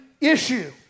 issue